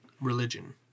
religion